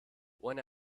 one